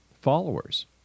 followers